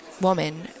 woman